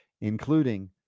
including